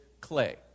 clay